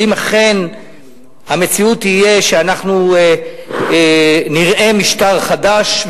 האם אכן המציאות תהיה שאנחנו נראה משטר חדש?